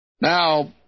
Now